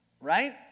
right